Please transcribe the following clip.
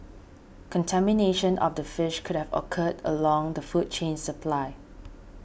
contamination of the fish could have occurred along the food chain supply